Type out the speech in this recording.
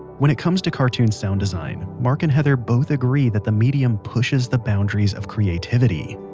when it comes to cartoon sound design, mark and heather both agree that the medium pushes the boundaries of creativity